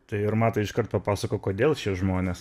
tai ir matai iš karto pasakok kodėl šie žmonės